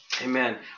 Amen